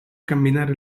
camminare